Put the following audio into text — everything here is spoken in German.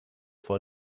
vor